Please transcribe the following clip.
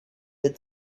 that